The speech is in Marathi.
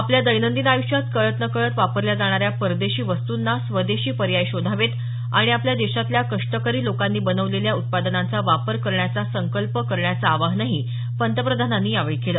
आपल्या दैनंदिन आयुष्यात कळत नकळत वापरल्या जाणाऱ्या परदेशी वस्तूंना स्वदेशी पर्याय शोधावेत आणि आपल्या देशातल्या कष्टकरी लोकांनी बनवलेल्या उत्पादनांचा वापर करण्याचा संकल्प करण्याचं आवाहनही पंतप्रधानांनी यावेळी केलं